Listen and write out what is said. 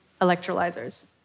electrolyzers